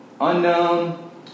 Unknown